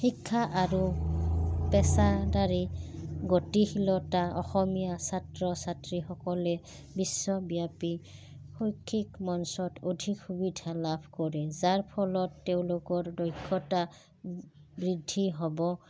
শিক্ষা আৰু পেছাদাৰী গতিশীলতা অসমীয়া ছাত্ৰ ছাত্ৰীসকলে বিশ্বব্যাপী শৈক্ষিক মঞ্চত অধিক সুবিধা লাভ কৰে যাৰ ফলত তেওঁলোকৰ দক্ষতা বৃদ্ধি হ'ব